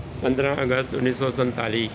ਪੰਦਰਾਂ ਅਗਸਤ ਉੱਨੀ ਸੌ ਸੰਤਾਲੀ